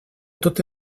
tot